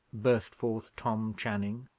burst forth tom channing,